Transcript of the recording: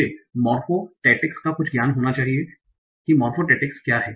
मुझे मॉर्फोटैक्टिक्स का कुछ ज्ञान होना चाहिए कि मॉर्फोटैक्टिक्स क्या है